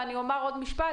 ועוד משהו,